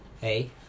hey